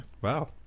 Wow